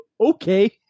Okay